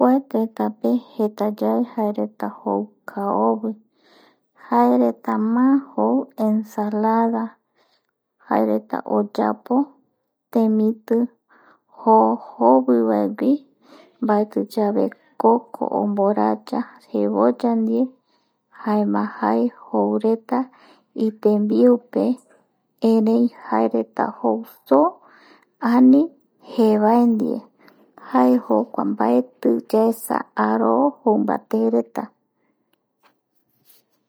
Kua tetape jetayae jaereta jou kaovi jaereta má jou ensalada jaerata oyapo temiti jo jovivae ndie mbaetiyave coco omboraya jevoya ndie jaema jae jou reta itembiupe erei jaereta jou so ani jevae ndie jae kokuae, mbaeti yaesa aró jou mbaté reta